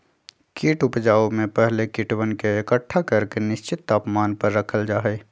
कीट उपजाऊ में पहले कीटवन के एकट्ठा करके निश्चित तापमान पर रखल जा हई